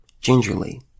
gingerly